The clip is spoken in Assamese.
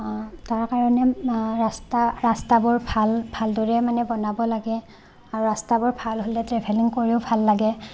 তাৰকাৰণে ৰাস্তা ৰাস্তাবোৰ ভাল ভালদৰে মানে বনাব লাগে আৰু ৰাস্তাবোৰ ভাল হ'লে ট্ৰেভেলিং কৰিও ভাল লাগে